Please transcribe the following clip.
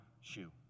shoe